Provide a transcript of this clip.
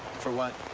for what